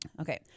Okay